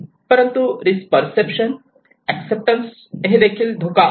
परंतु risk perception acceptance हे देखील धोका आहे